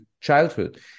childhood